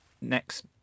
next